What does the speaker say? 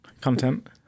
Content